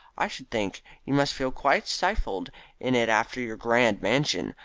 i should think you must feel quite stifled in it after your grand mansion,